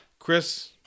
Chris